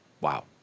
Wow